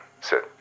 sit